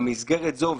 במסגרת זו,